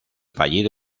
fallido